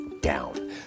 down